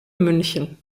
münchen